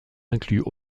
incluent